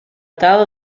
tal